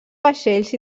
vaixells